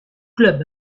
club